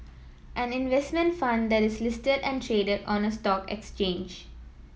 an investment fund that is listed and traded on a stock exchange